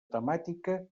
temàtica